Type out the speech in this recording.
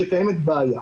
קיימת בעיה.